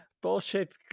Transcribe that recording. bullshit